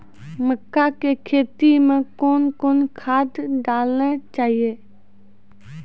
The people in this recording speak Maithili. मक्का के खेती मे कौन कौन खाद डालने चाहिए?